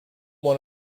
one